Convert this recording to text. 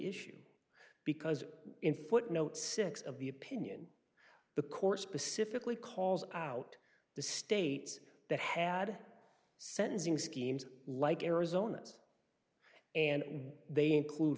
issue because in footnote six of the opinion the course specifically calls out the states that had sentencing schemes like arizona's and they include